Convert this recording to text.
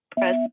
Press